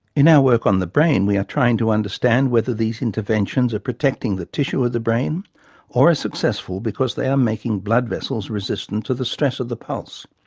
in our work on the brain, we are trying to understand whether these interventions are protecting the tissue of the brain or are successful because they are making blood vessels resistant to the stress of the pulse.